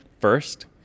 first